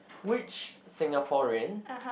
which Singaporean